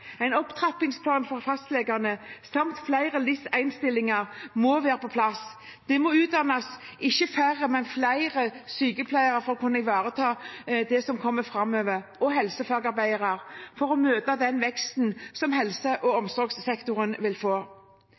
en rekke strakstiltak. En opptrappingsplan for fastlegene samt flere LIS1-stillinger må være på plass. Det må utdannes ikke færre, men flere sykepleiere og helsefagarbeidere for å kunne ivareta det som kommer framover, for å møte den veksten som helse- og omsorgssektoren vil få.